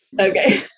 Okay